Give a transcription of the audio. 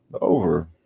over